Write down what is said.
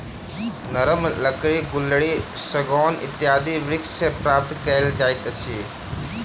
नरम लकड़ी गुल्लरि, सागौन इत्यादि वृक्ष सॅ प्राप्त कयल जाइत अछि